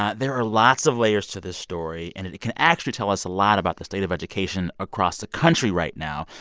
ah there are lots of layers to this story. and it can actually tell us a lot about the state of education across the country right now.